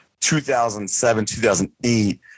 2007-2008